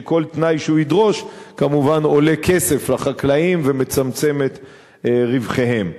כשכל תנאי שהוא ידרוש כמובן עולה כסף לחקלאים ומצמצם את רווחיהם?